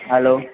hello